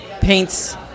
Paints